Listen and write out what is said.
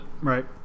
Right